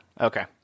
okay